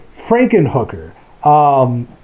Frankenhooker